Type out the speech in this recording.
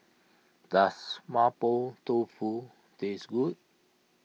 does Mapo Tofu taste good